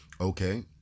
okay